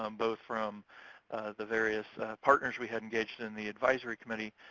um both from the various partners we had engaged in the advisory committee,